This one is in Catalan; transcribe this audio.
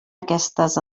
aquestes